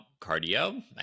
cardio